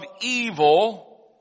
evil